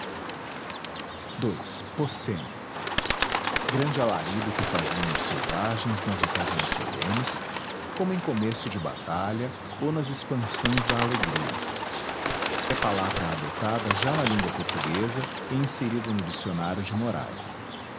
ii pocema grande alarido que faziam os selvagens nas ocasiões solenes como em começo de batalha ou nas expansões da alegria é palavra adotada já na língua portuguesa e inserida no dicionário de morais